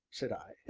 said i.